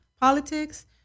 politics